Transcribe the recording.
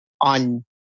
on